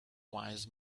wise